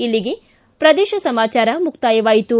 ಇಲ್ಲಿಗೆ ಪ್ರದೇಶ ಸಮಾಚಾರ ಮುಕ್ತಾಯವಾಯಿತು